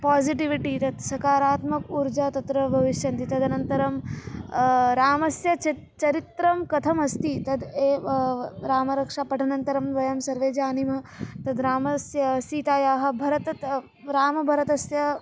positivity तत् सकारात्मकम् ऊर्जा तत्र भविष्यन्ति तदनन्तरं रामस्य चि चरित्रं कथमस्ति तद् एव रामरक्षापठनानन्तरं वयं सर्वे जानीमः तद् रामस्य सीतायाः भरत त रामभरतस्य